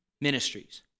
ministries